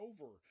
over